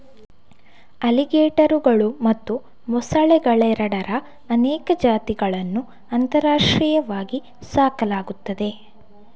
ಅಲಿಗೇಟರುಗಳು ಮತ್ತು ಮೊಸಳೆಗಳೆರಡರ ಅನೇಕ ಜಾತಿಗಳನ್ನು ಅಂತಾರಾಷ್ಟ್ರೀಯವಾಗಿ ಸಾಕಲಾಗುತ್ತದೆ